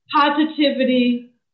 positivity